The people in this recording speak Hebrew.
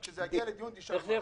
בינתיים אין אישור